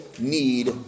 need